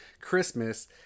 Christmas